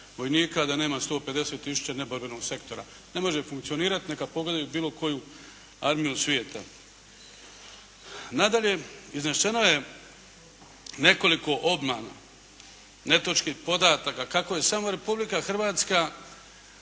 vojnika, da nema 150 tisuća neborbenog sektora. Ne može funkcionirat, neka pogledaju bilo koji armiju svijeta. Nadalje, iznešeno je nekoliko obmana, netočnih podataka kako je samo Republika Hrvatska